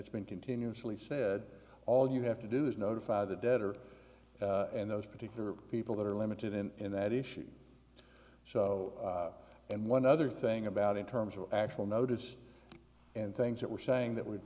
it's been continuously said all you have to do is notify the debtor and those particular people that are limited in that issue so and one other thing about in terms of actual notice and things that we're saying that would